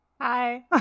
Hi